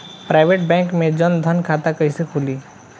Private bank मे जन धन खाता कैसे खुली?